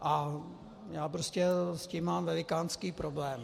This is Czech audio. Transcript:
A já prostě s tím mám velikánský problém.